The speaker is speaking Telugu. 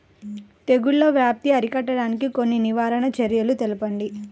తెగుళ్ల వ్యాప్తి అరికట్టడానికి కొన్ని నివారణ చర్యలు తెలుపండి?